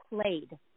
played